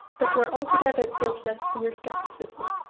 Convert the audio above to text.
that you are altogether guiltless in your scepticism,